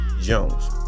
Jones